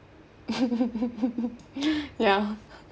ya